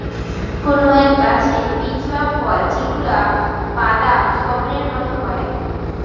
কোনো এক গাছের বীজ বা ফল যেগুলা বাদাম, সোয়াবিনের মতো হয়